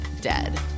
dead